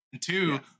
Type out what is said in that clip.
two